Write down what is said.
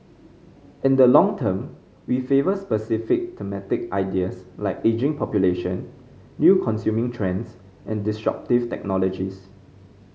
in the long term we favour specific thematic ideas like ageing population new consuming trends and disruptive technologies